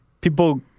People